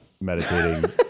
meditating